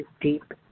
deep